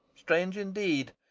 strange indeed,